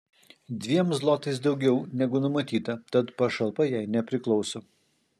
dviem zlotais daugiau negu numatyta tad pašalpa jai nepriklauso